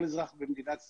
כל אזרח במדינת ישראל,